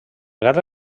guerra